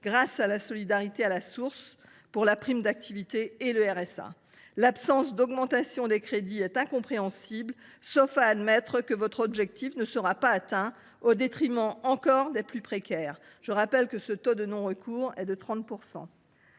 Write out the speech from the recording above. grâce à la solidarité à la source pour la prime d’activité et le RSA, l’absence d’augmentation des crédits est incompréhensible, sauf à admettre que votre objectif ne sera pas atteint au détriment, encore une fois, des plus précaires. Je rappelle que le taux de non recours est évalué